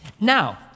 Now